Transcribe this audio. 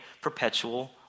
perpetual